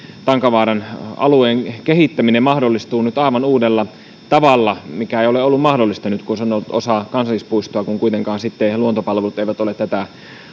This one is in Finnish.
tankavaaran alueen kehittäminen mahdollistuu nyt aivan uudella tavalla se ei ole ollut mahdollista nyt kun se on ollut osa kansallispuistoa kun kuitenkaan sitten luontopalvelut ei ole tätä